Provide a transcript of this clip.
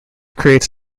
creates